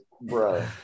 bro